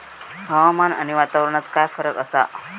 हवामान आणि वातावरणात काय फरक असा?